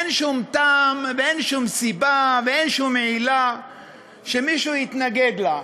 אין שום טעם ואין שום סיבה ואין שום עילה שמישהו יתנגד לה.